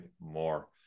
more